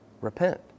repent